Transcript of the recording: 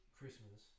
Christmas